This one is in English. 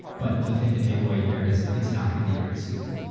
but the thing to take away here is it's not going to be very soon.